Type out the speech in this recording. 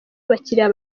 abakiriya